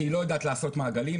שהיא לא יודעת לעשות מעגלים,